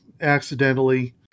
accidentally